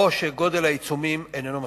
או שגודל העיצומים איננו מספיק,